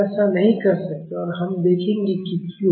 हम ऐसा नहीं कर सकते और हम देखेंगे कि क्यों